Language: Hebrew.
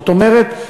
זאת אומרת,